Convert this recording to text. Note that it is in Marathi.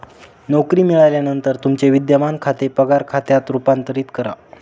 नोकरी मिळाल्यानंतर तुमचे विद्यमान खाते पगार खात्यात रूपांतरित करा